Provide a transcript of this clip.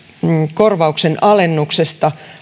korvauksen alennuksesta